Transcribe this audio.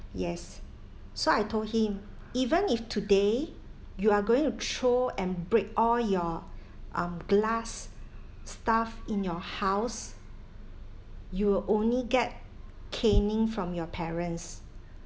yes so I told him even if today you are going to throw and break all your um glass stuff in your house you will only get caning from your parents